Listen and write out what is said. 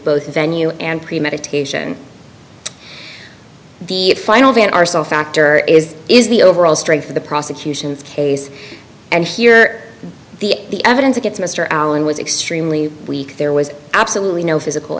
both venue and premeditation the final van ourself factor is is the overall strength of the prosecution's case and here the evidence against mr allen was extremely weak there was absolutely no physical